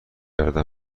کرده